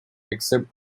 except